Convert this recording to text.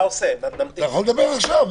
תדבר עכשיו.